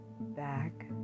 back